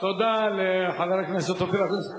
תודה לחבר הכנסת אופיר אקוניס.